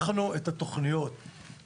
אנחנו ממשיכים את התוכניות שהתחילו